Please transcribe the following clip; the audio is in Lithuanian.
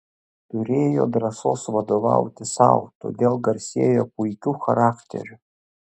turėjo drąsos vadovauti sau todėl garsėjo puikiu charakteriu